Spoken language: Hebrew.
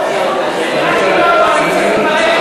ממילא אחרי,